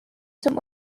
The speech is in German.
zum